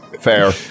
fair